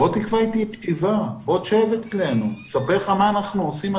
בוא תקבע אתי פגישה, שב אצלנו ואספר לך מה שעושים.